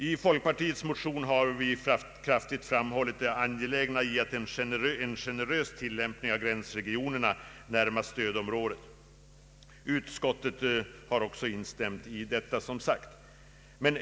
I folkpartiets motion har vi kraftigt betonat angelägenheten av en generös tillämpning av reglerna när det gäller gränsregionerna närmast stödområdet. Utskottet har också instämt i detta.